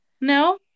no